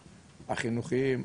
החינוכיים,